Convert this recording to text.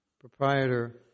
proprietor